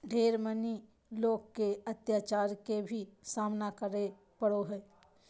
ढेर मनी लोग के अत्याचार के भी सामना करे पड़ो हय